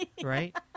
Right